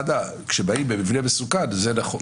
כשבאים לגבי מבנה מסוכן זה נכון,